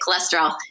cholesterol